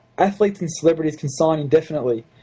athletes and celebrities can sign indefinitely,